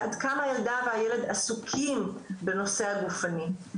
עד כמה הילדה והילד עסוקים בנושא הגופני.